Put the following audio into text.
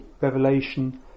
Revelation